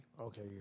Okay